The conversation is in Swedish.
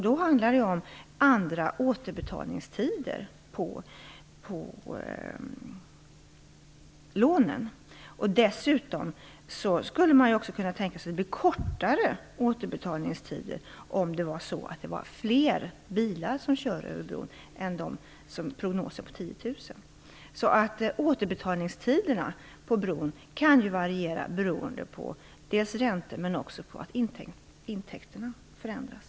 Det handlar om andra återbetalningstider på lånen. Man skulle kunna tänka sig kortare återbetalningstider om fler bilar kör över bron än vad prognoserna på 10 000 anger. Återbetalningstiderna kan variera beroende på dels räntor, dels att intäkterna förändras.